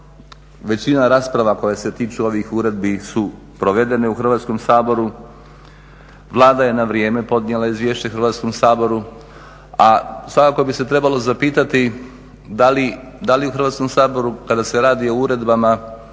Većina rasprava koje se tiču ovih uredbi su provedene u Hrvatskom saboru. Vlada je na vrijeme podnijela izvješće Hrvatskom saboru, a svakako bi se trebalo zapitati da li u Hrvatskom saboru kada se radi o uredbama